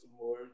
more